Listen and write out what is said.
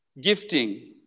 gifting